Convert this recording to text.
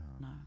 No